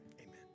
Amen